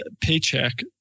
paycheck